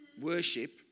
worship